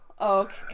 Okay